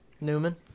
Newman